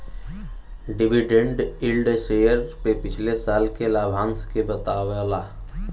dividend yield share पे पिछले साल के लाभांश के बतावला